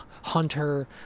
Hunter